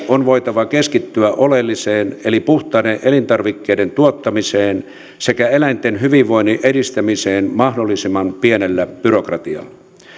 on voitava keskittyä oleelliseen eli puhtaiden elintarvikkeiden tuottamiseen sekä eläinten hyvinvoinnin edistämiseen mahdollisimman pienellä byrokratialla